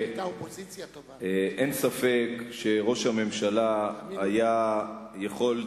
אין ספק שראש הממשלה היה יכול,